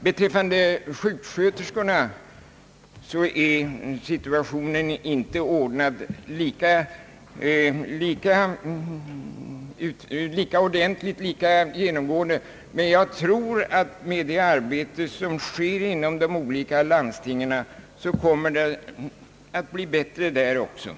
Beträffande sjuksköterskorna är situationen inte lika väl ordnad ännu, men jag tror att med det arbete som utföres inom de olika landstingen så kommer förhållandena att snart bli bättre även på det området.